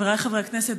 חבריי חברי הכנסת,